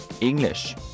English